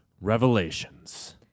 Revelations